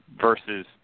versus